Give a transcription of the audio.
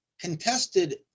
contested